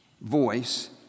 voice